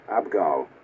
Abgal